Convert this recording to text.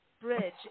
bridge